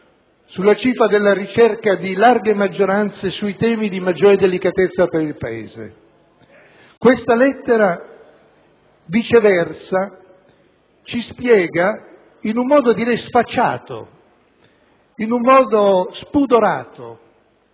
dialogo e della ricerca di larghe maggioranze sui temi di maggiore delicatezza per il Paese. Questa lettera, viceversa, ci spiega in un modo che definirei sfacciato e spudorato